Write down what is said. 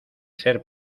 ser